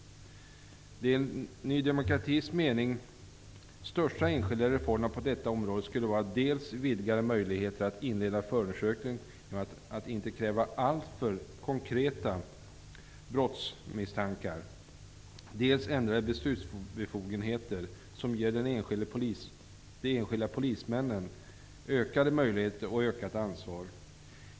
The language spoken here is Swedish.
Enligt Ny demokratis mening skulle de största enskilda reformerna på detta område vara dels vidgade möjligheter att inleda förundersökning genom att inte kräva alltför konkreta brottsmisstankar, dels ändrade beslutsbefogenheter som ger de enskilda polismännen ökade möjligheter och ökat ansvar.